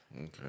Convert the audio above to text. Okay